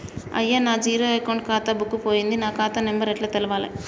అయ్యా నా zero account ఖాతా బుక్కు పోయింది నా ఖాతా నెంబరు ఎట్ల తెలవాలే?